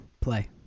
play